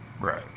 right